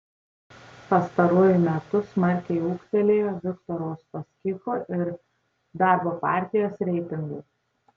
pastaruoju metu smarkiai ūgtelėjo viktoro uspaskicho ir darbo partijos reitingai